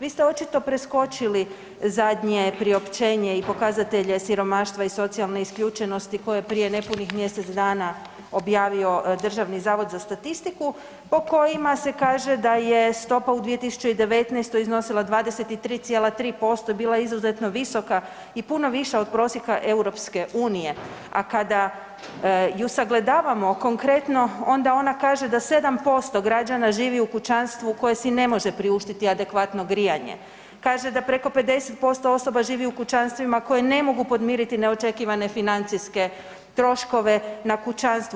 Vi ste očito preskočili zadnje priopćenje i pokazatelje siromaštva i socijalne isključenosti koje prije nepunih mjesec dana objavio Državni zavod za statistiku po kojima se kaže da je stopa u 2019. iznosila 23,3% i bila izuzetno visoka i puno viša od prosjeka EU, a kada ju sagledavamo konkretno onda ona kaže da 7% građana živi u kućanstvu koje si ne može priuštiti adekvatno grijanje, kaže da preko 50% osoba živi u kućanstvima koje ne mogu podmiriti neočekivane financijske troškove na kućanstvu.